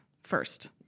first